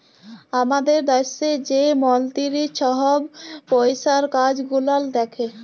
আমাদের দ্যাশে যে মলতিরি ছহব পইসার কাজ গুলাল দ্যাখে